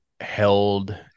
held